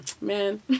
man